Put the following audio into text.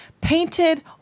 painted